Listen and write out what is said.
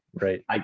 Right